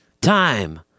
Time